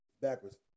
Backwards